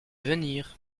venir